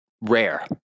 rare